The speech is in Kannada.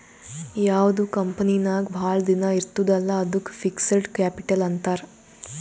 ಯಾವ್ದು ಕಂಪನಿ ನಾಗ್ ಭಾಳ ದಿನ ಇರ್ತುದ್ ಅಲ್ಲಾ ಅದ್ದುಕ್ ಫಿಕ್ಸಡ್ ಕ್ಯಾಪಿಟಲ್ ಅಂತಾರ್